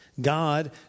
God